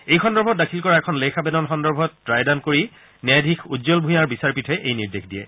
এই সন্দৰ্ভত দাখিল কৰা এখন লেখ আবেদন সন্দৰ্ভত ৰায়দান কৰি ন্যায়াধীশ উজ্বল ভঞাৰ বিচাৰপীঠে এই নিৰ্দেশ দিয়ে